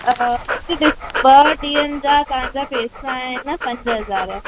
अ ॿ ॾींहनि जा तव्हांजा पेसा आहिनि पंज हज़ार